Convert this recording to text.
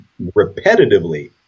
repetitively